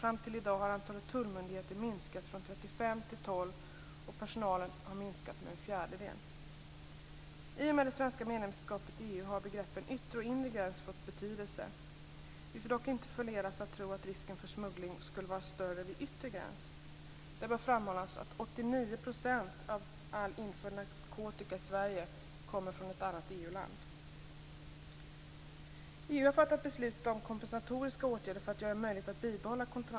Fram till i dag har antalet tullmyndigheter minskat från 35 till 12 och personalen har minskat med en fjärdedel. I och med det svenska medlemskapet i EU har begreppen yttre och inre gräns fått betydelse. Det bör framhållas att 89 % av all införd narkotika i Sverige kommer från ett annat EU-land.